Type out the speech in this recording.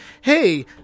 hey